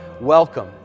welcome